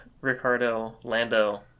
Ricardo-Lando